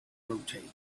rotate